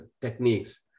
techniques